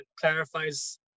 clarifies